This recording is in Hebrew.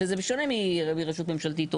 וזה שונה מרשות ממשלתית או